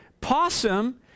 possum